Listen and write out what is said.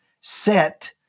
set